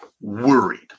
worried